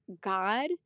God